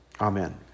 Amen